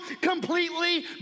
completely